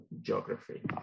geography